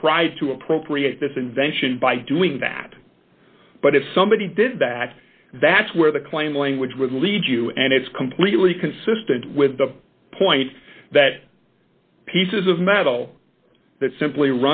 tried to appropriate this invention by doing that but if somebody did that that's where the claim language would lead you and it's completely consistent with the point that pieces of metal that simply